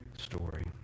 story